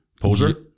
Poser